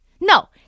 no